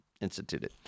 instituted